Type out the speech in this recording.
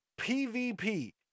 PvP